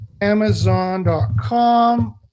Amazon.com